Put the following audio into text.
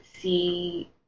see